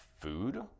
food